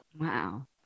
wow